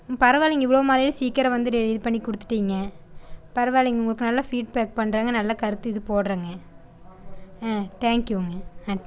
பரவாயில்லிங்க இவ்வளோ மழையில சீக்கிரம் வந்து டே இது பண்ணி கொடுத்துட்டீங்க பரவாயில்லிங்க உங்களுக்கு நல்லா ஃபீட்பேக் பண்றேங்க நல்லா கருத்து இது போடுறேங்க ஆ டேங்க்யூங்க ஆ